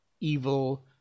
evil